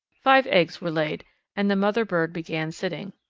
five eggs were laid and the mother bird began sitting.